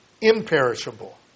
imperishable